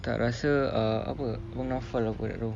tak rasa uh apa abang naufal apa tak tahu